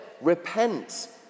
Repent